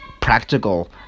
practical